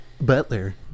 butler